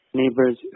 neighbors